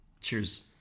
cheers